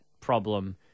problem